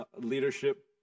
leadership